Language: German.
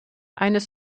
eines